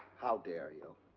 how dare you.